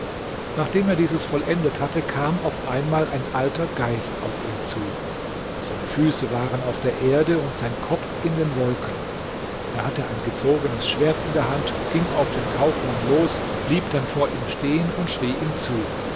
nachdem er dieses vollendet hatte kam auf einmal ein alter geist auf ihn zu seine füße waren auf der erde und sein kopf in den wolken er hatte ein gezogenes schwert in der hand ging auf den kaufmann los blieb dann vor ihm stehen und schrie ihm zu